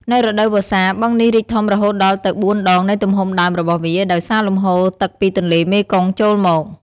នៅរដូវវស្សា បឹងនេះរីកធំរហូតដល់ទៅ ៤ ដងនៃទំហំដើមរបស់វា ដោយសារលំហូរទឹកពីទន្លេមេគង្គចូលមក។